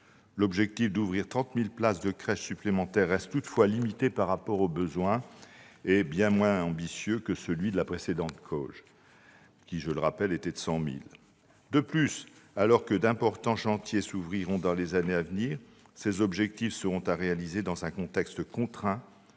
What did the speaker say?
L'objectif d'ouvrir 30 000 places de crèche supplémentaires reste toutefois limité par rapport aux besoins : il est bien moins ambitieux que celui de la précédente COG, qui, je le rappelle, était de 100 000 places. De plus, alors que d'importants chantiers s'ouvriront dans les années à venir, ces objectifs seront à réaliser dans un contexte contraint